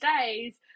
days